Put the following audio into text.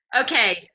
okay